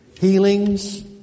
Healings